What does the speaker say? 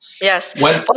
Yes